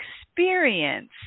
experience